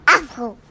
Apple